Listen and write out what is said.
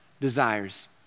desires